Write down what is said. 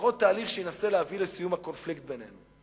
לפחות תהליך שינסה להביא לסיום הקונפליקט בינינו.